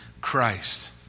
Christ